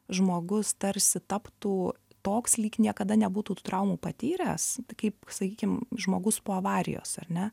žmogus tarsi taptų toks lyg niekada nebūtų tų traumų patyręs kaip sakykim žmogus po avarijos ar ne